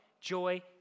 joy